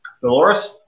Dolores